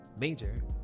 Major